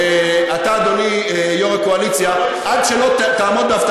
לא, לא יסייעו.